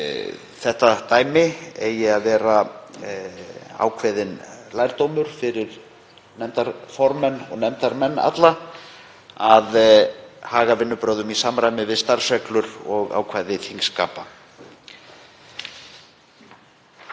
þetta dæmi eigi að vera ákveðinn lærdómur fyrir nefndarformenn og nefndarmenn alla að haga vinnubrögðum í samræmi við starfsreglur og ákvæði þingskapa.